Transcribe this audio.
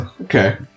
okay